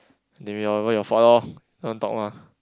they whatever your fault lor don't talk lah